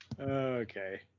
okay